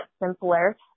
simpler